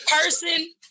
person